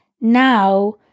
now